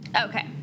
Okay